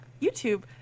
YouTube